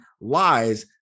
lies